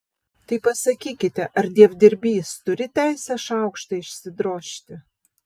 tai pasakykite ar dievdirbys turi teisę šaukštą išsidrožti